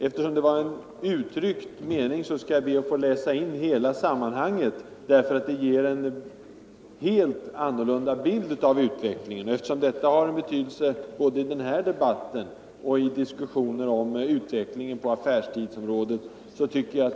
Eftersom det var en lösryckt mening ber jag att få läsa upp hela sammanhanget, som ger en helt annan bild av utvecklingen. Jag gör det, därför att det har betydelse både i den här debatten och i diskussionen om affäfstiderna.